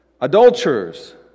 Adulterers